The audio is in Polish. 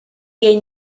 jej